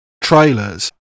trailers